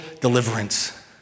deliverance